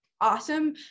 awesome